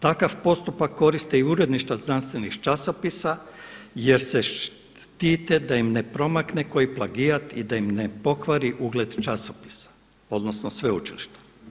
Takav postupak koriste i uredništva znanstvenih časopisa jer se štite da im ne promakne koji plagijat i da im ne pokvari ugled časopisa odnosno sveučilišta.